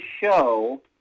show